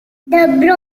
bromine